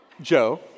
Joe